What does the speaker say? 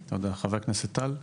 תודה, חבר הכנסת טל.